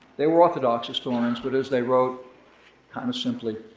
they were orthodox historians, but as they wrote kind of simply,